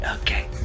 Okay